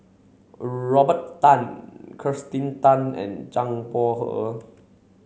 Robert Tan Kirsten Tan and Zhang Bohe